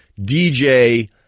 DJ